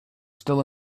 still